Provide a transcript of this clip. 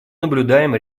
наблюдаем